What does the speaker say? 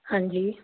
ਹਾਂਜੀ